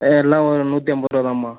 ஆ எல்லாம் நூற்றி ஐம்பதுரூவா தாம்மா